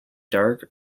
dark